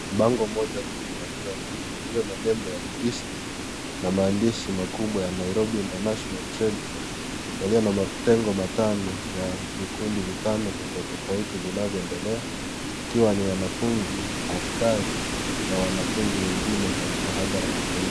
Bango moja kubwa lililo na nembo ya judiciary na maandishi makubwa ya Nairobi International Trade Fair yaliyo na matengo matano ya vikundi vitano tofauti tofauti vinavyoendelea kikiwa ni wanafunzi, askari na wanafunzi wengine katika hadhara tofauti.